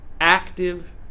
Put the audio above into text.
active